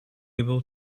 able